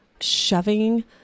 shoving